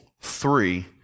three